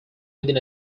within